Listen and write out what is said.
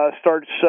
starts